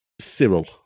Cyril